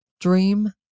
Dream